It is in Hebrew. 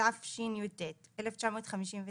התשי"ט 1959,